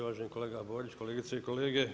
Uvaženi kolega Borić, kolegice i kolege.